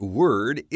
word